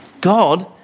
God